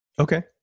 Okay